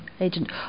agent